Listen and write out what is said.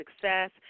Success